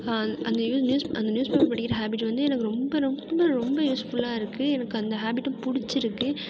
அந்த அந்த newspaper படிக்கிற ஹேபிட் வந்து எனக்கு ரொம்ப ரொம்ப ரொம்ப யூஸ்ஃபுல்லாக இருக்குது எனக்கு அந்த ஹேபிட்டும் பிடிச்சிருக்கு